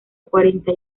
cuarenta